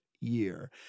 year